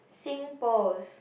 SingPost